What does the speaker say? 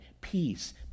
peace